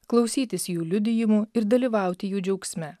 klausytis jų liudijimų ir dalyvauti jų džiaugsme